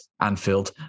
Anfield